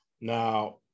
Now